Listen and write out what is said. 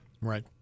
right